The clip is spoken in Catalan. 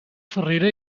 ferrera